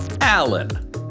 Allen